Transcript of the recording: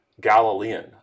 Galilean